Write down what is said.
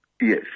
Yes